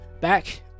back